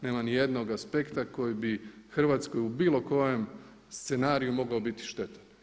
Nema nijednog aspekta koji bi za Hrvatsku u bilo kojem scenariju mogao biti štetan.